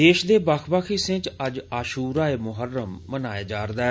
देश दे बक्ख बक्ख हिस्सें च अज्ज आशूरा ए मुहर्रम मनाया जा रदा ऐ